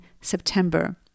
September